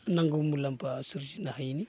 नांगौ मुलाम्फा सोरजिनो हायिनि